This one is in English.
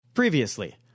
Previously